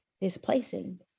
displacing